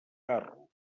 carro